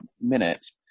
minutes